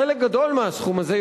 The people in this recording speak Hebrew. חלק גדול מהסכום הזה,